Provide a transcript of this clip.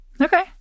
okay